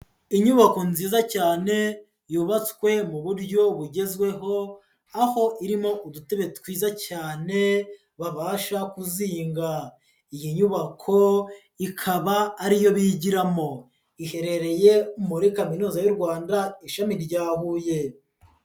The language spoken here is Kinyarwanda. Inyubako nziza cyane yubatswe mu buryo bugezweho, aho irimo udutebe twiza cyane babasha kuzinga. Iyi nyubako ikaba ariyo bigiramo iherereye muri kaminuza y'u Rwanda ishami rya Huye.